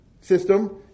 system